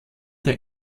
der